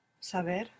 saber